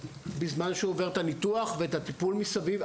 בזמן שהוא עובר את הניתוח ואת הטיפול מסביב,